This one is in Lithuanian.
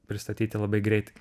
pristatyti labai greitai